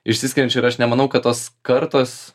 išsiskiriančių ir aš nemanau kad tos kartos